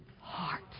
heart